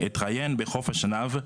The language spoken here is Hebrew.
התראיין בחוף השנהב,